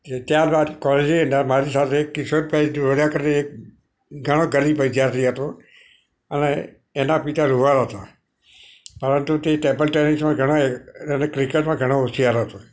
ત્યારબાદ કોલેજે મારી સાથે કિશોરભઈ મહીડા કરીને ઘણો ગરીબ વિદ્યાર્થી હતો અને એના પિતા લુહાર હતા પરંતુ તે ટેબલ ટેનિસમાં ઘણો ક્રિક્રેટમાં ઘણો હોંશિયાર હતો